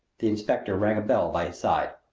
the inspector rang a bell by his side.